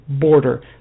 border